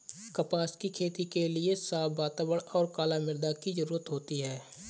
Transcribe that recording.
कपास की खेती के लिए साफ़ वातावरण और कला मृदा की जरुरत होती है